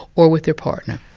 or with their partner.